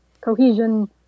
cohesion